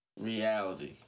reality